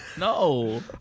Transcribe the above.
No